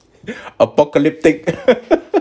apocalyptic